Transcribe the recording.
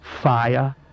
fire